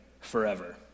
forever